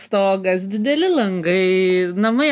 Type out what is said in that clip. stogas dideli langai namai